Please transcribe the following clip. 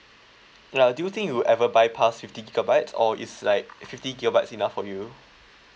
ya do you think you'll ever bypass fifty gigabyte or is like fifty gigabytes enough for you